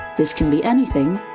this can be anything,